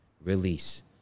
release